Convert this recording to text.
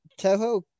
toho